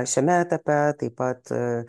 šiame etape taip pat